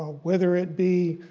whether it be